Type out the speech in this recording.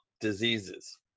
diseases